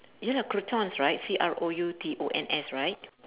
you know the croutons right C R O U T O N S right